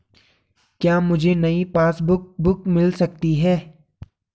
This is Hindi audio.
क्या मुझे नयी पासबुक बुक मिल सकती है?